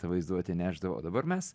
ta vaizduote nešdavo o dabar mes